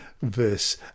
verse